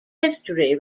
history